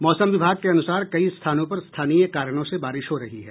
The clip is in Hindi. मौसम विभाग के अनुसार कई स्थानों पर स्थानीय कारणों से बारिश हो रही है